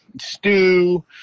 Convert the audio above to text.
stew